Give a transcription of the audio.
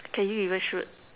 can you even shoot